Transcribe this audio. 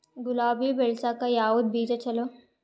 ಗುಲಾಬಿ ಬೆಳಸಕ್ಕ ಯಾವದ ಬೀಜಾ ಚಲೋ?